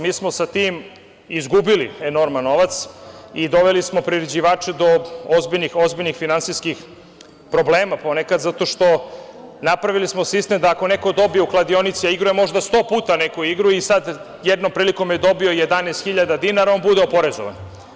Mi smo sa tim izgubili enorman novac i doveli smo priređivače do ozbiljnih finansijskih problema ponekad zato što napravili smo sistem da ako neko dobije u kladionici, a igrao je možda sto puta neku igru i sad jednom prilikom je dobio 11.000 dinara, on bude oporezovan.